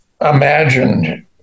imagined